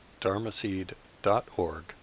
dharmaseed.org